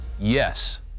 Yes